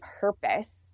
purpose